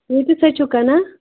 کۭتِس حظ چھِو کٕنان